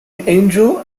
angel